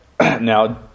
now